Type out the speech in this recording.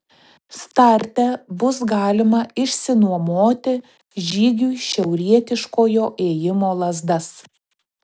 starte bus galima išsinuomoti žygiui šiaurietiškojo ėjimo lazdas